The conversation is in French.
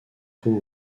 pot